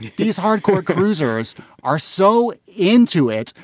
these hardcore cruisers are so into it.